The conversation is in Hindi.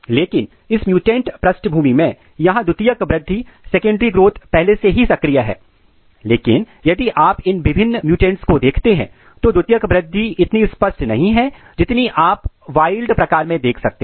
लेकिन इस म्युटेंट पृष्ठभूमि में यहां द्वितीयक वृद्धि सेकेंडरी ग्रोथ पहले से ही सक्रिय है लेकिन यदि आप इन विभिन्न म्युटेंट्स को देखते हैं तो द्वितीयक वृद्धि इतनी स्पष्ट नहीं है जितनी आप वाइल्ड प्रकार में देख सकते हैं